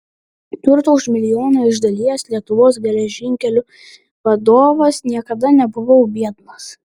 turto už milijoną išdalijęs lietuvos geležinkelių vadovas niekada nebuvau biednas